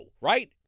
right